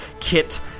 Kit